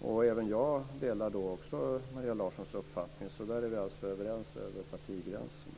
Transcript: Och även jag delar Maria Larssons uppfattning. Där är vi alltså överens över partigränserna.